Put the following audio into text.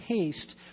taste